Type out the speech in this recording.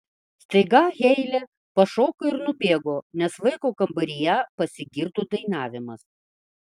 staiga heile pašoko ir nubėgo nes vaiko kambaryje pasigirdo dainavimas